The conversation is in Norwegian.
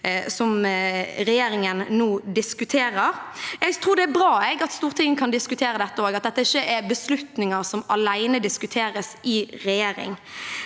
regjeringen nå diskuterer? Jeg tror det er bra at Stortinget kan diskutere dette, og at dette ikke er beslutninger som alene diskuteres i regjering.